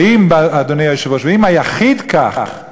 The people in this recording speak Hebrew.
ואם, אדוני היושב-ראש, היחיד כך,